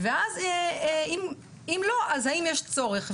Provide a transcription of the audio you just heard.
ואז אם לא, אז האם יש צורך?